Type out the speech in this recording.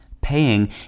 Paying